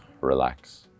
relax